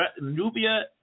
Nubia